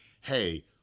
hey